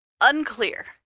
unclear